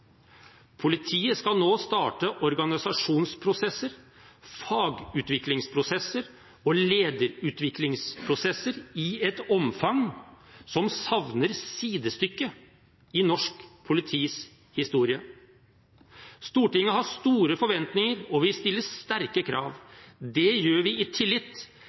Politiet skal nå starte organisasjonsprosesser, fagutviklingsprosesser og lederutviklingsprosesser i et omfang som savner sidestykke i norsk politis historie. Stortinget har store forventninger, og vi stiller sterke krav. Det gjør vi i tillit